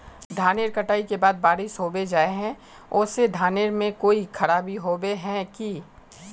धानेर कटाई के बाद बारिश होबे जाए है ओ से धानेर में कोई खराबी होबे है की?